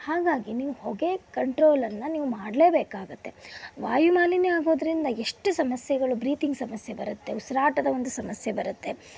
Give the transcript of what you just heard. ಹಾಗಾಗಿ ನೀವು ಹೊಗೆ ಕಂಟ್ರೋಲನ್ನು ನೀವು ಮಾಡಲೇಬೇಕಾಗತ್ತೆ ವಾಯುಮಾಲಿನ್ಯ ಆಗೋದರಿಂದ ಎಷ್ಟು ಸಮಸ್ಯೆಗಳು ಬ್ರೀತಿಂಗ್ ಸಮಸ್ಯೆ ಬರತ್ತೆ ಉಸಿರಾಟದ ಒಂದು ಸಮಸ್ಯೆ ಬರತ್ತೆ